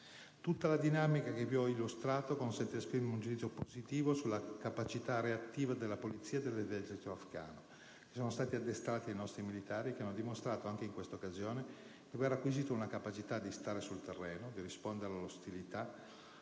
Tutta la dinamica che vi ho illustrato consente di esprimere un giudizio estremamente positivo sulla accresciuta capacità reattiva della polizia e dell'esercito afgano, che sono stati addestrati dai nostri militari e hanno dimostrato anche in tale occasione di aver acquisito la capacità di stare sul terreno e di rispondere alle ostilità,